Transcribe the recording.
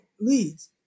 leads